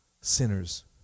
sinners